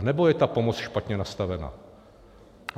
Nebo je ta pomoc špatně nastavena?